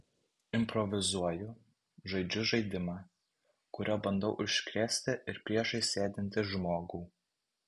improvizuoju žaidžiu žaidimą kuriuo bandau užkrėsti ir priešais sėdintį žmogų